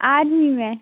army में